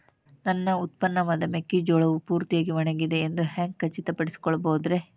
ನನ್ನ ಉತ್ಪನ್ನವಾದ ಮೆಕ್ಕೆಜೋಳವು ಪೂರ್ತಿಯಾಗಿ ಒಣಗಿದೆ ಎಂದು ಹ್ಯಾಂಗ ಖಚಿತ ಪಡಿಸಿಕೊಳ್ಳಬಹುದರೇ?